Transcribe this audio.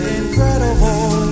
incredible